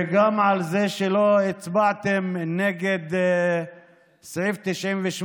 וגם על זה שלא הצבעתם על סעיף 98,